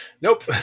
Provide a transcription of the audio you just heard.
Nope